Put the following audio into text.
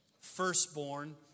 firstborn